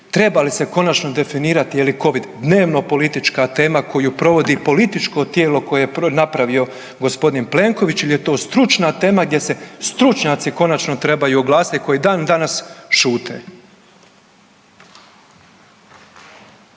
treba li se konačno definirati je li covid dnevnopolitička tema koju provodi političko tijelo koje je napravio g. Plenković ili je to stručna tema gdje se stručnjaci konačno trebaju oglasiti koji i dan danas šute?